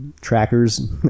trackers